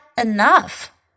enough